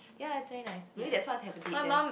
ya it's very nice maybe that's why there